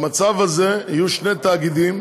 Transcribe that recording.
במצב הזה יהיו שני תאגידים: